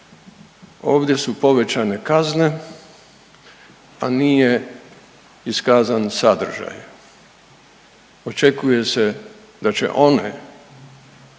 Ovdje su povećane kazne, a nije iskazan sadržaj. Očekuje se da će one